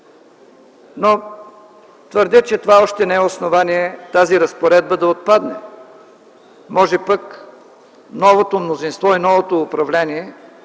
Но твърдя, че това още не е основание тази разпоредба да отпадне, може пък новото мнозинство и новото управление